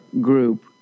group